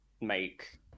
make